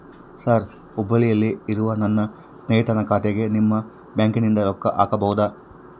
Sir ಹುಬ್ಬಳ್ಳಿಯಲ್ಲಿ ಇರುವ ನನ್ನ ಸ್ನೇಹಿತನ ಖಾತೆಗೆ ನಿಮ್ಮ ಬ್ಯಾಂಕಿನಿಂದ ರೊಕ್ಕ ಹಾಕಬಹುದಾ?